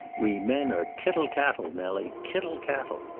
we men are kittle cattle, nellie, kittle cattle!